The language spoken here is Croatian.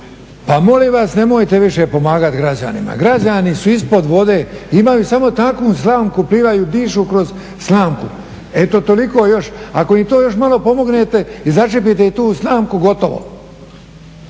Pa molim vas nemojte više pomagati građanima. Građani su ispod vode, imaju samo tanku slamku, plivaju, dišu kroz slamku. Eto toliko još. Ako im to još imalo pomognete i začepite i tu slamku, gotovo.